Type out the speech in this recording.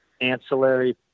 ancillary